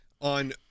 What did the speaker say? on